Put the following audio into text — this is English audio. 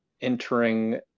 entering